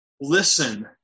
listen